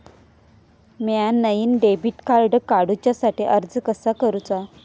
म्या नईन debit card काडुच्या साठी अर्ज कसा करूचा?